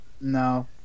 No